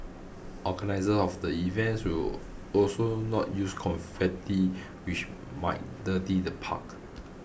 organisers of the events will also not use confetti which might dirty the park